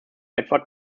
edward